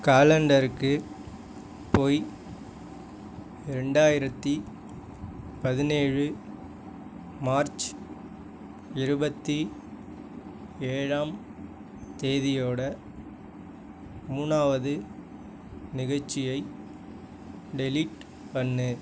காலண்டருக்கு போய் ரெண்டாயிரத்து பதினேழு மார்ச் இருபத்து ஏழாம் தேதியோடய மூணாவது நிகழ்ச்சியை டெலீட் பண்ணு